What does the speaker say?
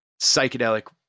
psychedelic